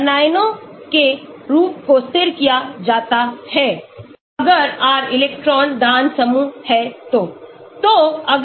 Anion के रूप को स्थिर किया जाता है अगर R इलेक्ट्रॉन दान समूह है तो